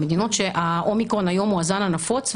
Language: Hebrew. המדינות שהאומיקרון היום הוא הזן הנפוץ,